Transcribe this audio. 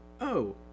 Oh